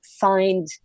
find